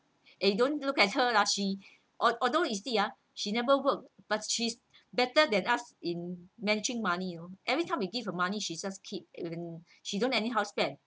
eh don't look at her ah she although although you see ah she never worked but she's better than us in managing money you know every time you give her money she just keeps in she don't anyhow spend